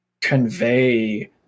convey